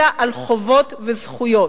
אלא על חובות וזכויות.